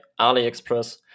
AliExpress